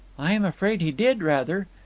i am afraid he did, rather.